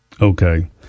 Okay